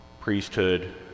priesthood